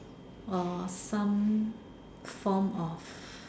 or some form of